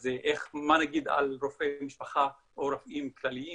אז מה נגיד על רופאי משפחה או רופאים כלליים